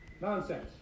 Nonsense